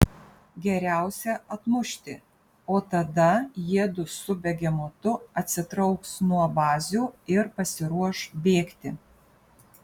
geriausia atmušti o tada jiedu su begemotu atsitrauks nuo bazių ir pasiruoš bėgti